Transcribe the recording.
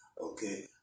okay